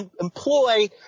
employ